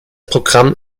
programm